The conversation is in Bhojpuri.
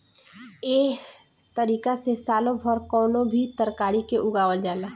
एह तारिका से सालो भर कवनो भी तरकारी के उगावल जाला